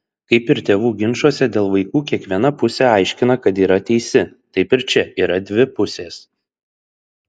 kaip ir tėvų ginčuose dėl vaikų kiekviena pusė aiškina kad yra teisi taip ir čia yra dvi pusės